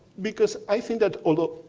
because i think that although.